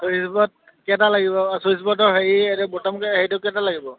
switch board কেইটা লাগিব switch বৰ্ডৰ হেৰি এইটো বটমকে হেৰিটো কেইটা লাগিব